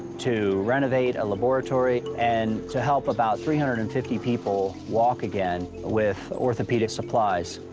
to renovate a laboratory, and to help about three hundred and fifty people walk again with orthopedic supplies.